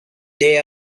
day